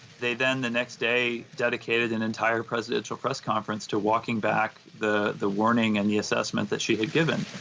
they then, the next day, dedicated an entire presidential press conference to walking back the, the warning and the assessment that she had given.